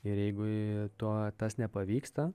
ir jeigu to tas nepavyksta